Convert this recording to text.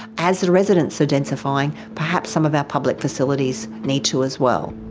as the residents are densifying, perhaps some of our public facilities need to as well.